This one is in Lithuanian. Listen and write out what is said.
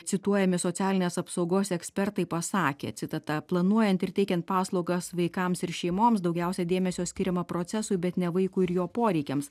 cituojami socialinės apsaugos ekspertai pasakė citata planuojant ir teikiant paslaugas vaikams ir šeimoms daugiausia dėmesio skiriama procesui bet ne vaikui ir jo poreikiams